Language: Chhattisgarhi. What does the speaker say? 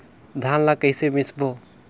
धान ला कइसे मिसबो?